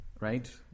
right